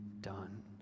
done